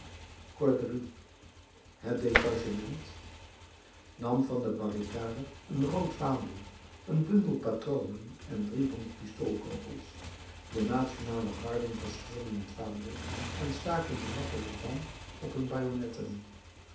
corderie het detachement nam van de barricade een rood vaandel een bundel patronen en driehonderd pistoolkogels de nationale garden verscheurden het vaandel en staken de lappen ervan op hun